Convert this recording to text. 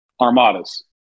Armadas